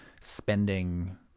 spending